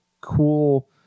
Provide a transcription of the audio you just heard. cool